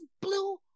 blue